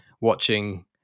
watching